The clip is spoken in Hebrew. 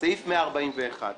סעיף 141: